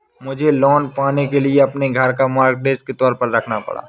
मुझे लोन पाने के लिए अपने घर को मॉर्टगेज के तौर पर रखना पड़ा